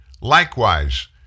likewise